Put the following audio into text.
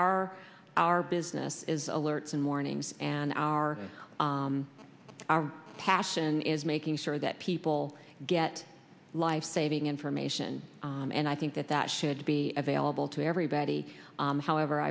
our our business is alerts and warnings and our our passion is making sure that people get life saving information and i think that that should be available to everybody however